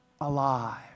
alive